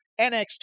nxt